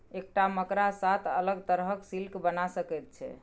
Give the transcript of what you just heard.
एकटा मकड़ा सात अलग तरहक सिल्क बना सकैत छै